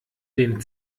den